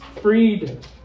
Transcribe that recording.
freed